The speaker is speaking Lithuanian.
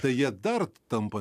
tai jie dar tampa